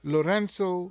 Lorenzo